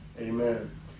Amen